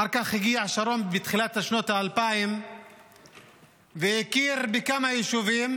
אחר כך הגיע שרון בתחילת שנות האלפיים והכיר בכמה יישובים